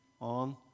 on